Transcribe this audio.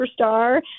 superstar